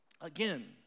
again